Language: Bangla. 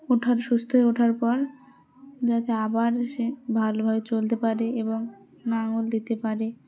ওঠার সুস্থ হয়ে ওঠার পর যাতে আবার সে ভালোভাবে চলতে পারে এবং নাঙল দিতে পারে